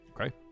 Okay